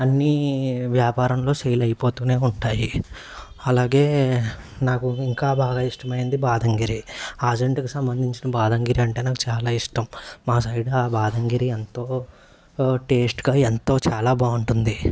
అన్ని వ్యాపారంలో సేల్ అయిపోతూనే ఉంటాయి అలాగే నాకు ఇంకా బాగా ఇష్టమైంది బాదంగిరి ఆజంటకు సంబంధించిన బాదంగిరి అంటే నాకు చాలా ఇష్టం మా సైడ్ ఆ బాదంగిరి ఎంతో టేస్ట్గా ఎంతో చాలా బాగుంటుంది